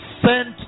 sent